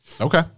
Okay